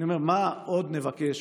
אני אומר: מה עוד נבקש?